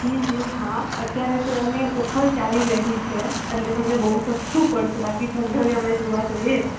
જીજી હા અત્યારે તો અમે ઓફર ચાલી રહી છે એટલે તમને બહુ સસ્તું પડશે બાકી જનરલી અમે જોવા જઈએ